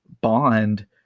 bond